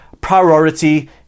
priority